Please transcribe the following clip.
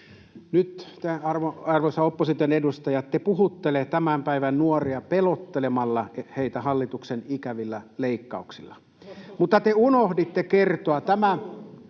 te, arvoisan opposition edustajat, puhuttelette tämän päivän nuoria pelottelemalla heitä hallituksen ikävillä leikkauksilla, [Välihuuto] mutta te unohditte kertoa tämän